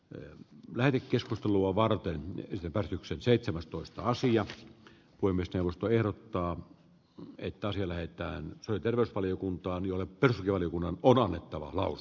jo lähetekeskustelua varten kyse päätöksen seitsemästoista sijalle voimistelusta erottaa tunteitasi lähettää terveysvaliokuntaan jolle pärskivaliokunnan on annettava klaus